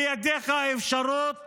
בידיך האפשרות